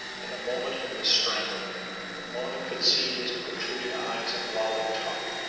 in a moment he was strangling mona could see his protruding eyes and lolling tongue.